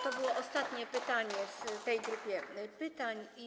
To było ostatnie pytanie w tej grupie pytań.